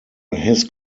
his